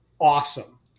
awesome